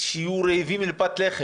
להיות רעבים לפת לחם.